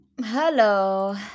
Hello